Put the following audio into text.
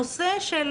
הנושא של